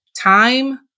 Time